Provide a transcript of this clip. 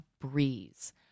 breeze